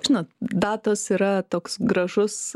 žinot datos yra toks gražus